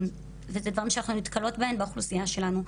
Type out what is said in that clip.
וזה דברים שאנחנו נתקלות בהם באוכלוסייה שלנו.